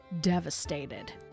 devastated